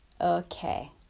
Okay